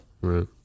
Right